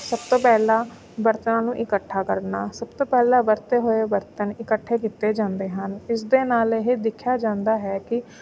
ਸਭ ਤੋਂ ਪਹਿਲਾਂ ਬਰਤਨਾਂ ਨੂੰ ਇਕੱਠਾ ਕਰਨਾ ਸਭ ਤੋਂ ਪਹਿਲਾਂ ਵਰਤੇ ਹੋਏ ਬਰਤਨ ਇਕੱਠੇ ਕੀਤੇ ਜਾਂਦੇ ਹਨ ਇਸ ਦੇ ਨਾਲ ਇਹ ਦੇਖਿਆ ਜਾਂਦਾ ਹੈ ਕਿ